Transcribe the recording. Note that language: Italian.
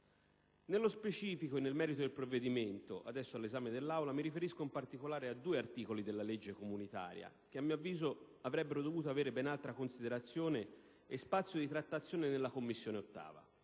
Nello specifico e nel merito del provvedimento adesso all'esame dell'Aula, mi riferisco in particolare a due articoli della legge comunitaria che, a mio avviso, avrebbero dovuto avere ben altra considerazione e spazio di trattazione nell'8a Commissione.